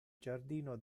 giardino